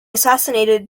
assassinated